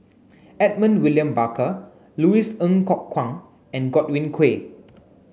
Edmund William Barker Louis Ng Kok Kwang and Godwin Koay